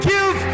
Give